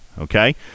Okay